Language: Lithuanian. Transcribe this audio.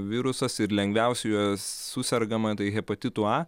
virusas ir lengviausiai juo susergama tai hepatitu a